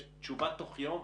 יש תשובה בתוך יום.